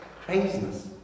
Craziness